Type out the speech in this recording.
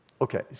okay